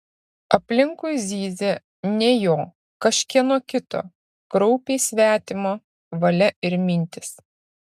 aplinkui zyzė ne jo kažkieno kito kraupiai svetimo valia ir mintys